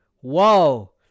whoa